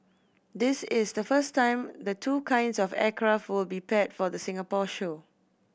this is the first time the two kinds of aircraft will be paired for the Singapore show